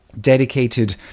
dedicated